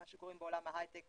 מה שקוראים בעולם ההייטק